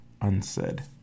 unsaid